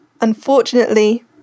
unfortunately